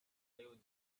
live